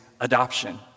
adoption—